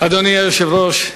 אדוני היושב-ראש,